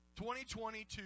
2022